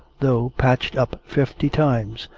though patched up fifty times,